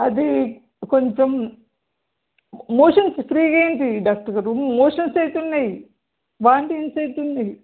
అది కొంచెం మోషన్స్ ఫ్రీగా ఏంటి డాక్టర్ గారు మోషన్స్ అవుతున్నాయి వామిటింగ్స్ అవుతున్నాయి